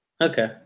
okay